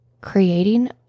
creating